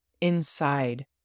inside